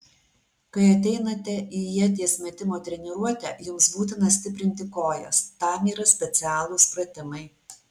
kai ateinate į ieties metimo treniruotę jums būtina stiprinti kojas tam yra specialūs pratimai